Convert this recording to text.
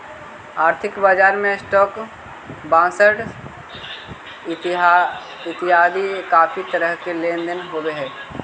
आर्थिक बजार में स्टॉक्स, बॉंडस इतियादी काफी तरह के लेन देन होव हई